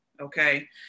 Okay